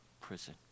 prison